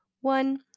one